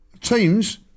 teams